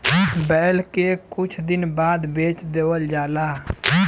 बैल के कुछ दिन बाद बेच देवल जाला